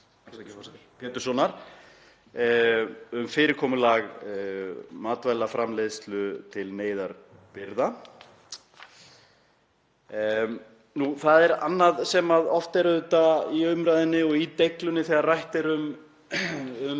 Péturssonar um fyrirkomulag matvælaframleiðslu til neyðarbirgða. Það er annað sem oft er í umræðunni og í deiglunni þegar rætt er um